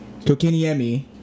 Kokiniemi